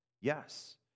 Yes